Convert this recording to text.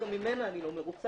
גם ממנה אני לא מרוצה.